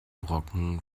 brocken